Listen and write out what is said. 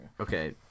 Okay